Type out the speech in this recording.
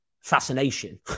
fascination